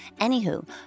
Anywho